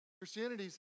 Christianity's